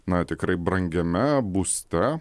na tikrai brangiame būste